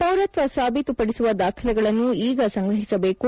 ಪೌರತ್ವ ಸಾಬೀತುಪದಿಸುವ ದಾಖಲೆಗಳನ್ನು ಈಗ ಸಂಗ್ರಹಿಸಬೇಕು